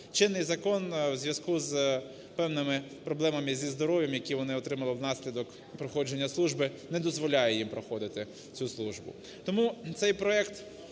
чинний закон в зв'язку з певними проблемами зі здоров'ям, які вони отримали внаслідок проходження служби, не дозволяє їм проходити цю службу. Тому цей проект